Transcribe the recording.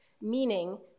meaning